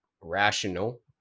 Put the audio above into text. rational